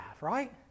right